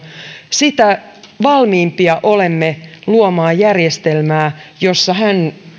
sitä valmiimpia olemme luomaan järjestelmää jossa